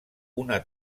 una